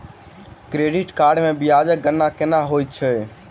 credit card मे ब्याजक गणना केना होइत छैक